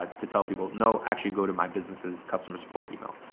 ah to tell people, no, actually go to my businesses. customer support email.